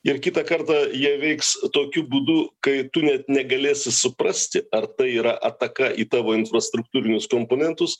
ir kitą kartą jie veiks tokiu būdu kai tu net negalėsi suprasti ar tai yra ataka į tavo infrastruktūrinius komponentus